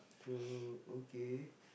so okay